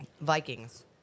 Vikings